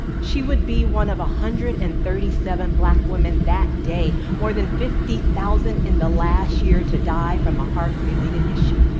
she would be one of one ah hundred and thirty seven black women that day more than fifty thousand in the last year to die from a heart-related issue,